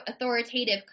authoritative